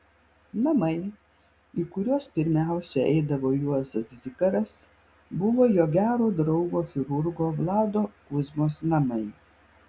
namai į kuriuos pirmiausia eidavo juozas zikaras buvo jo gero draugo chirurgo vlado kuzmos namai